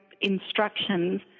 instructions